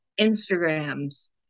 Instagrams